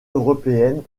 européenne